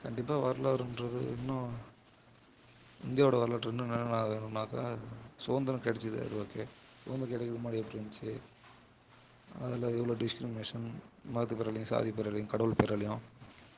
கண்டிப்பாக வரலாறுன்றது இன்னும் இந்தியாவோட வரலாற்று இன்னும் என்னன்ன வேணுனாக்கா சுதந்தரம் கடைச்சிது அது ஓகே சுதந்தரம் கடைக்கிறதுக்கு முன்னாடி எப்படி இருந்துச்சி அதில் எவ்வளோ டிஸ்கிரிமினேஷன் மதத்து பேராலையும் சாதி பேராலையும் கடவுள் பேராலையும்